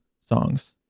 songs